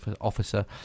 officer